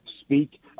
speak